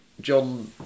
John